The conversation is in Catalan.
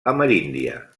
ameríndia